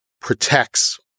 protects